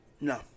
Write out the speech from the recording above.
No